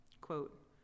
Quote